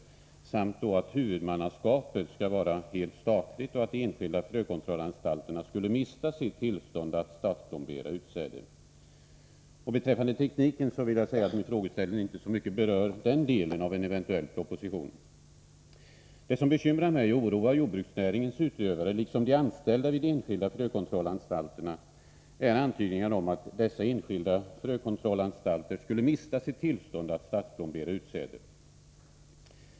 Vidare är avsikten att huvudmannaskapet skall vara helt statligt och att de enskilda frökontrollanstalterna skulle mista sitt tillstånd att statsplombera utsäde. Vad beträffar tekniken vill jag säga att min fråga inte så mycket berör den delen av en eventuell proposition. Det som bekymrar mig och oroar jordbruksnäringens utövare liksom de anställda vid de enskilda frökontrollanstalterna är antydningarna om att dessa enskilda frökontrollanstalter skulle mista sitt tillstånd att statsplombera utsäde.